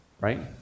right